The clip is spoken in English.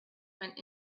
went